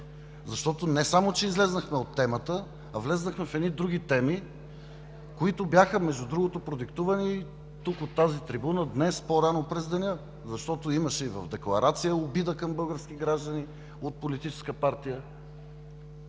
водене. Не само излязохме от темата, а влязохме в едни други теми, които, между другото, бяха продиктувани тук, от тази трибуна, днес по-рано през деня. Защото имаше и в декларация обида към български граждани от политическа партия.